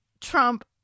Trump